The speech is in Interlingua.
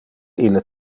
ille